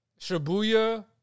shibuya